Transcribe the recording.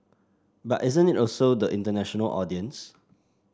but isn't it also the international audience